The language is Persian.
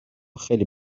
خیلی